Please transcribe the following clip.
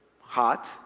hot